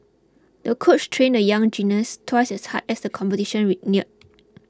the coach trained the young gymnast twice as hard as the competition ray neared